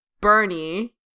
Bernie